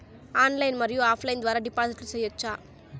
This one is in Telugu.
ఆన్లైన్ మరియు ఆఫ్ లైను ద్వారా డిపాజిట్లు సేయొచ్చా?